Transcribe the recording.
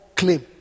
claim